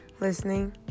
listening